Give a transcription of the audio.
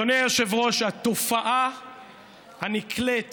אדוני היושב-ראש, התופעה הנקלית